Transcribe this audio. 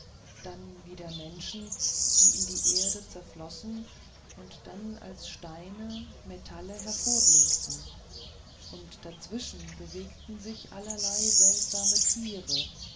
dann wieder menschen die in die erde zerflossen und dann als steine metalle hervorblinkten und dazwischen bewegten sich allerlei seltsame tiere